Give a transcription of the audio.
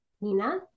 Nina